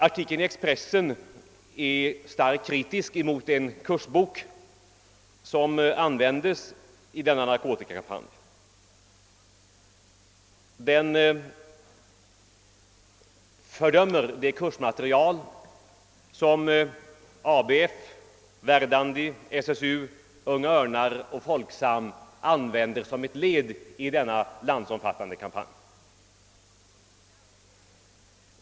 Artikeln i Expressen är starkt kritisk emot en kursbok som används i denna narkotikakampanj. Den fördömer det kursmaterial som ABF, Verdandi, SSU, Unga Örnar och Folksam använder som ett led i denna landsomfattande kampanj.